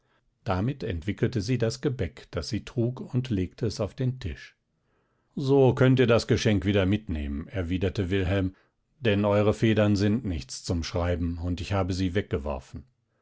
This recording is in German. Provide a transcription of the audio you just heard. damit entwickelte sie das gebäck das sie trug und legte es auf den tisch so könnt ihr das geschenk wieder mitnehmen erwiderte wilhelm denn eure federn sind nichts zum schreiben und ich habe sie weggeworfen